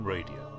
Radio